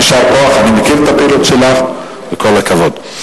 יישר כוח, אני מכיר את הפעילות שלך וכל הכבוד.